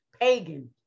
pagan